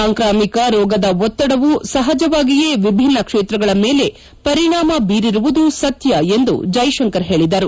ಸಾಂಕ್ರಾಮಿಕ ರೋಗದ ಒತ್ತಡವು ಸಹಜವಾಗಿಯೇ ವಿಭಿನ್ನ ಕ್ಷೇತ್ರಗಳ ಮೇಲೆ ಪರಿಣಾಮ ಬೀರಿರುವುದು ಸತ್ಯ ಎಂದು ಜೈಶಂಕರ್ ಹೇಳಿದರು